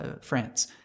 France